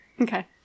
Okay